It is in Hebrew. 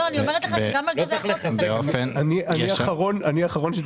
לא, אני אומרת לך שגם מרכזי החוסן תקוע.